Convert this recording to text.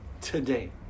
today